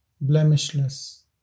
blemishless